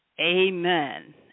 Amen